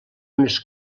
unes